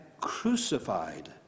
crucified